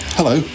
Hello